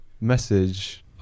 message